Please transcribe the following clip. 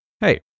Hey